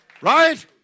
Right